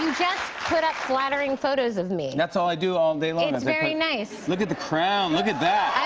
just put up flattering photos of me. that's all i do all day long. it's very nice. look at the crown. look at that.